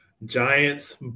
Giants